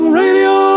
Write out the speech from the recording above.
radio